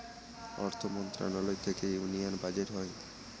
অর্থ মন্ত্রণালয় থেকে ইউনিয়ান বাজেট হয়